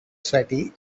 sweaty